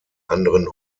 anderen